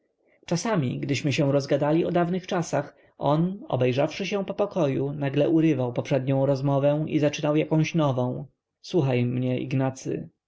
czasami gdyśmy się rozgadali o dawnych czasach on obejrzawszy się po pokoju nagle urywał poprzednią rozmowę i zaczynał jakąś nową słuchaj mnie ignacy